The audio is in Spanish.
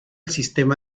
sistema